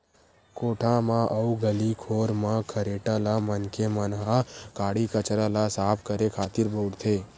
कोठा म अउ गली खोर म खरेटा ल मनखे मन ह काड़ी कचरा ल साफ करे खातिर बउरथे